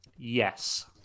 yes